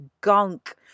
gunk